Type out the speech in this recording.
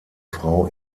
frau